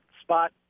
spot